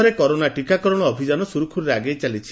ଦେଶରେ କରୋନା ଟିକାକରଣ ଅଭିଯାନ ସୁରୁଖୁରୁରେ ଆଗେଇ ଚାଲିଛି